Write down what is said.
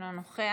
אינו נוכח,